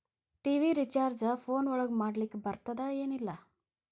TV recharge phone ಒಳಗ ಮಾಡ್ಲಿಕ್ ಬರ್ತಾದ ಏನ್ ಇಲ್ಲ?